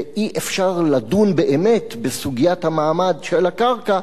ואי-אפשר לדון באמת בסוגיית המעמד של הקרקע,